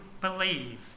believe